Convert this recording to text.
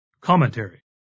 Commentary